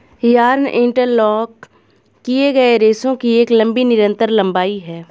yarn interlock किए गए रेशों की एक लंबी निरंतर लंबाई है